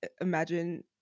imagine